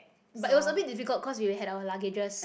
but also a bit difficult cause we had have our luggages